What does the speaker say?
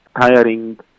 tiring